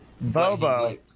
Bobo